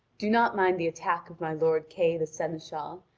do not mind the attack of my lord kay the seneschal.